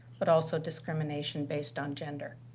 but also discrimination based on gender.